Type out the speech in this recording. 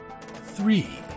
Three